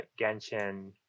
Genshin